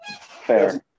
Fair